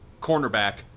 cornerback